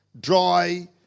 dry